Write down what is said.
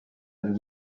ubwo